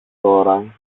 τώρα